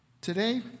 Today